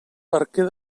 barquer